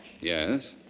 Yes